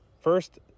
First